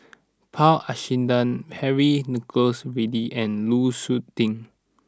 Paul Abisheganaden Henry Nicholas Ridley and Lu Suitin